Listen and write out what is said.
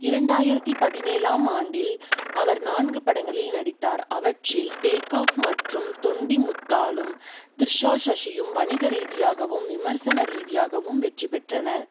இரண்டாயிரத்தி பதினேழாம் ஆண்டில் அவர் நான்கு படங்களில் நடித்தார் அவற்றில் டேக் ஆஃப் மற்றும் தொண்டிமுத்தாலும் த்ரிஷ்ஷா சஷியும் வணிக ரீதியாகவும் விமர்சன ரீதியாகவும் வெற்றி பெற்றன